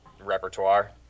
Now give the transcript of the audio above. repertoire